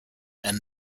and